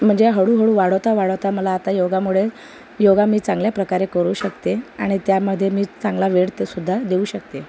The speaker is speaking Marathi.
म्हणजे हळूहळू वाढवता वाढवता मला आता योगामुळे योगा मी चांगल्या प्रकारे करू शकते आणि त्यामध्ये मी चांगला वेळ ते सुद्धा देऊ शकते